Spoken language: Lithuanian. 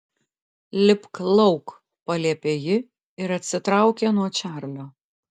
lipk lauk paliepė ji ir atsitraukė nuo čarlio